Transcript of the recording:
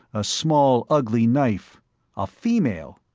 a small ugly knife a female!